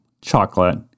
chocolate